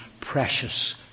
precious